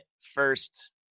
first